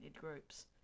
groups